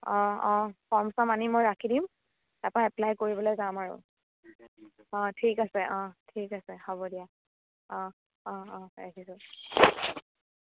অ' অ' ফৰ্মখন আনি মই ৰাখি দিম তাপা এপ্লাই কৰিবলৈ যাম আৰু অ' ঠিক আছে অ' ঠিক আছে হ'ব দিয়া অ' অ' অ' ৰাখিছোঁ